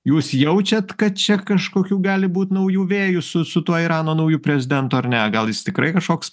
jūs jaučiat kad čia kažkokių gali būt naujų vėjų su su tuo irano nauju prezidentu ar ne gal jis tikrai kažkoks